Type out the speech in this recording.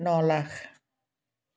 ন lakh